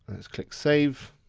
click save.